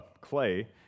Clay